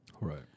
Right